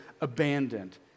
abandoned